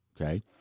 Okay